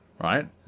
right